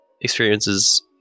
experiences